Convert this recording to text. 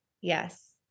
Yes